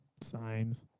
Signs